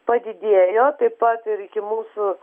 padidėjo taip pat ir iki mūsų